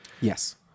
yes